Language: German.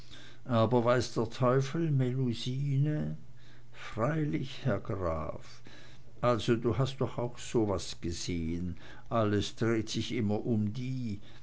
aber weiß der teufel melusine freilich herr graf also du hast doch auch so was gesehen alles dreht sich immer um die